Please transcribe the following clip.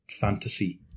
fantasy